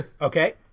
Okay